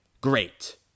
great